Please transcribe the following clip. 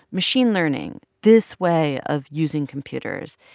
machine learning, this way of using computers,